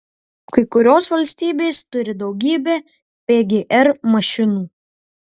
kai kurios valstijos turi daugybę pgr mašinų